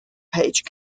page